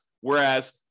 Whereas